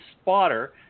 spotter